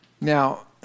Now